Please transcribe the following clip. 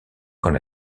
quand